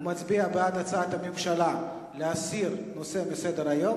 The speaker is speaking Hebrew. הוא מצביע בעד הצעת הממשלה להסיר את הנושא מסדר-היום.